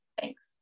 Thanks